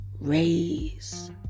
Raise